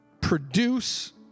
produce